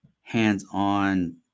hands-on